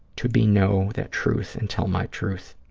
to be know that truth and tell my truth.